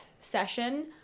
session